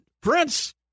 Prince